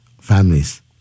families